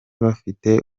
bafite